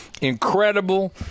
incredible